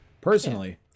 Personally